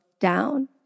down